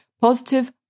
positive